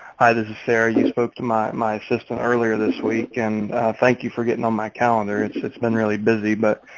hi, this is sarah, you spoke to my my assistant earlier this week, and thank you for getting on my calendar. it's it's been really busy. but